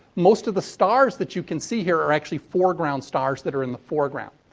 most of the stars that you can see here are actually foreground stars that are in the foreground.